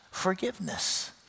forgiveness